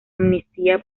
amnistía